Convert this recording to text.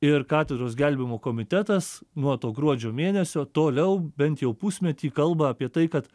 ir katedros gelbėjimo komitetas nuo to gruodžio mėnesio toliau bent jau pusmetį kalba apie tai kad